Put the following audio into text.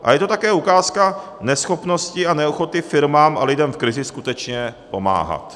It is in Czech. A je to také ukázka neschopnosti a neochoty firmám a lidem v krizi skutečně pomáhat.